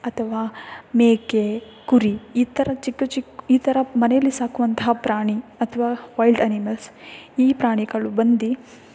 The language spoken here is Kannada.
ಅಥವಾ ಮೇಕೆ ಕುರಿ ಈ ಥರ ಚಿಕ್ಕ ಚಿಕ್ಕ ಈ ಥರ ಮನೆಯಲ್ಲಿ ಸಾಕುವಂತಹ ಪ್ರಾಣಿ ಅಥವಾ ವೈಲ್ಡ್ ಅನಿಮಲ್ಸ್ ಈ ಪ್ರಾಣಿಗಳು ಬಂದು